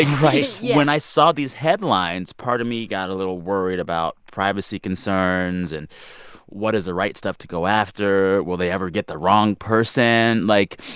right yeah. when i saw these headlines, part of me got a little worried about privacy concerns and what is the right stuff to go after will they ever get the wrong person? like,